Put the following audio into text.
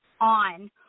on